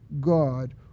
God